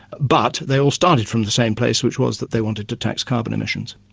but they all started from the same place, which was that they wanted to tax carbon emissions.